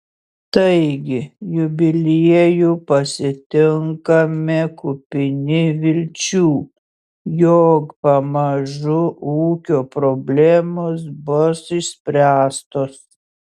taigi jubiliejų pasitinkame kupini vilčių jog pamažu ūkio problemos bus išspręstos